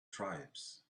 tribes